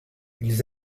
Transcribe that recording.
ils